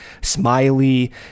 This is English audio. Smiley